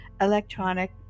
electronic